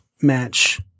match